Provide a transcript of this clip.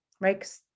right